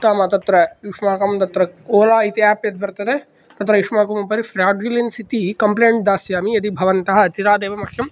नाम तत्र युष्माकं तत्र ओला इति एप् यत् वर्तते तत्र युष्माकम् उपरि फ्राड् लिङ्ग्स् इति कम्प्लेण्ट् दास्यामि यदि भवन्तः अचिरादेव मह्यं